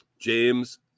James